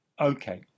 Okay